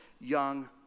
young